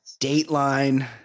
Dateline